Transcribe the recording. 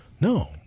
No